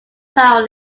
power